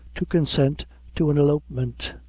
to consent to an elopement.